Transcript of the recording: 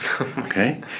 Okay